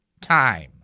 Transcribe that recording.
time